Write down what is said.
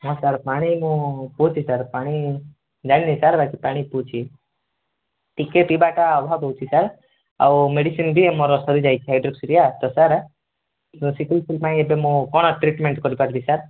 ହଁ ସାର୍ ପାଣି ମୁଁ ପିଉଛି ସାର୍ ପାଣି ଜାଣିନି ସାର୍ ବାକି ପାଣି ପିଉଛି ଟିକେ ପିଇବାଟା ଅଭାବ ହେଉଛି ସାର୍ ଆଉ ମେଡ଼ିସିନ ବି ଆମର ସରିଯାଇଛି ହାଇଡ୍ରୋକ୍ସିଲିଆ ତ ସାର୍ ସିକେନସେଲ ପାଇଁ ମୁଁ କ'ଣ ଟ୍ରିଟମେଣ୍ଟ କରିପାରିବି ସାର୍